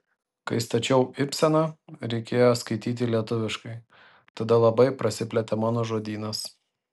kai stačiau ibseną reikėjo skaityti lietuviškai tada labai prasiplėtė mano žodynas